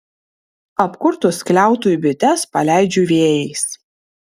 apkurtus skliautui bites paleidžiu vėjais